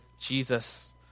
Jesus